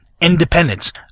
Independence